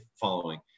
following